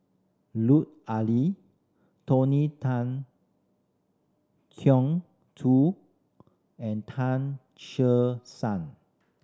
Lut Ali Tony Tan Keng Joo and Tan Che Sang